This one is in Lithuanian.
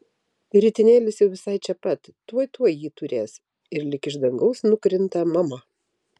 ritinėlis jau visai čia pat tuoj tuoj jį turės ir lyg iš dangaus nukrinta mama